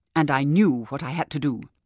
and i knew what i had to do.